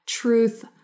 truth